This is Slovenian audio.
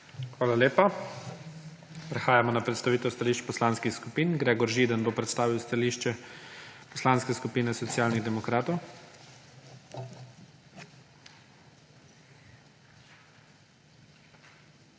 Hvala lepa. Prehajamo na predstavitev stališč poslanskih skupin. Gregor Židan bo predstavil stališče Poslanske skupine Socialnih demokratov. **GREGOR